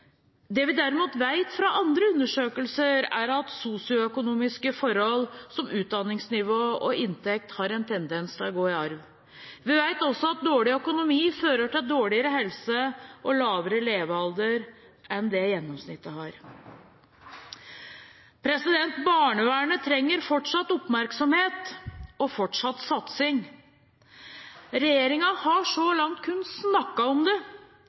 Det vi derimot vet fra andre undersøkelser, er at sosioøkonomiske forhold som utdanningsnivå og inntekt har en tendens til å gå i arv. Vi vet også at dårlig økonomi fører til dårligere helse og lavere levealder enn det gjennomsnittet har. Barnevernet trenger fortsatt oppmerksomhet og fortsatt satsing. Regjeringen har så langt kun snakket om det.